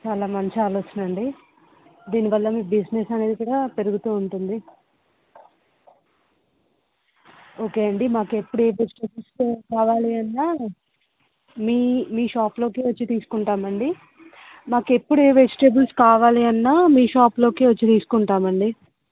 చాలా మంచి ఆలోచనండి దీనివల్ల మీ బిజినెస్ అనేది కూడా పెరుగుతు ఉంటుంది ఓకే అండి మాకు ఎప్పుడు ఏ వెజిటెబుల్స్ కావాలి అన్న మీ షాప్లో వచ్చి తీసుకుంటాము అండి మాకు ఎప్పుడు ఏ వెజిటెబుల్స్ కావాలి అన్న మీ షాప్లో వచ్చి తీసుకుంటాం అండి